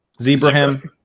Zebraham